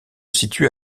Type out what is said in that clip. situe